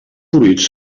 fruits